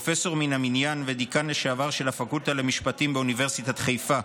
פרופסור מן המניין ודיקן לשעבר של הפקולטה למשפטים באוניברסיטת חיפה,